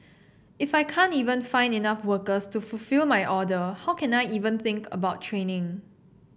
if I can't even find enough workers to fulfil my order how can I even think about training